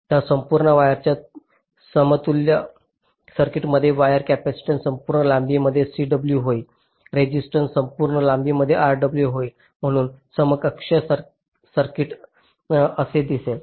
तर संपूर्ण वायरच्या समतुल्य सर्किटमध्ये वायर कॅपेसिटन्स संपूर्ण लांबीमध्ये Cw होईल रेसिस्टन्स संपूर्ण लांबीमध्ये Rw होईल म्हणून समकक्ष सर्किट असे दिसेल